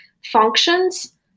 functions